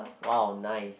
!wow! nice